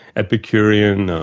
epicurean,